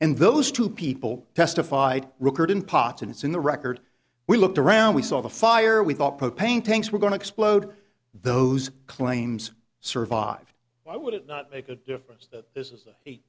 and those two people testified record in pots and it's in the record we looked around we saw the fire we thought propane tanks were going to explode those claims survived why would it not make a difference is that this is